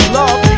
love